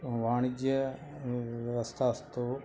वाणिज्यव्यवस्था तु